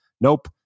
Nope